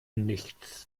nichts